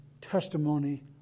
testimony